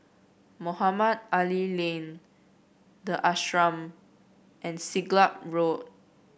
Mohamed Ali Lane the Ashram and Siglap Road